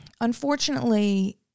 Unfortunately